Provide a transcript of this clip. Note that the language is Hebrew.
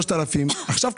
3,000. עכשיו,